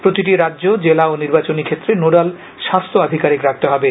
প্রতিটি রাজ্য জেলা এবং নির্বাচনী ক্ষেত্রে নোডাল স্বাস্থ্য আধিকারিক রাখতে হবে